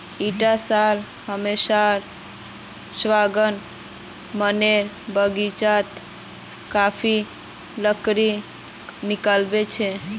इटा साल हमसार सागवान मनेर बगीचात काफी लकड़ी निकलिबे छे